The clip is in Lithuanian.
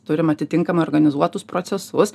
turim atitinkamai organizuotus procesus